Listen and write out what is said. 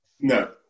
No